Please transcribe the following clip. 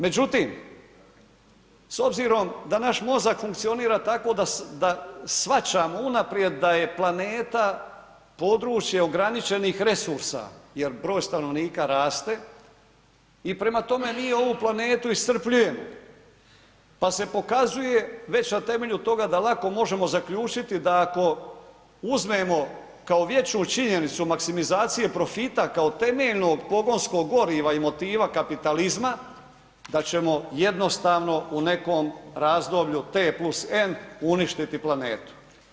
Međutim, s obzirom da naš mozak funkcionira tako da shvaćamo unaprijed da je planeta područje ograničenih resursa jer broj stanovnika raste i prema tome, mi ovu planetu iscrpljujemo pa se pokazuje već na temelju toga da lako možemo zaključiti da ako uzmemo kao vječnu činjenicu maksimizaciju profita kao temeljnog pogonskog goriva i motiva kapitalizma, da ćemo jednostavno u nekom razdoblju T+N, uništiti planetu.